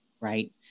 right